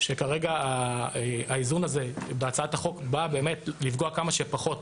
שכרגע האיזון הזה בהצעת החוק בא באמת לפגוע כמה שפחות